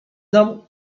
nam